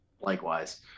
likewise